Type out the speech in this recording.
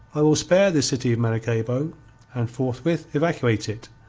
i will spare this city of maracaybo and forthwith evacuate it,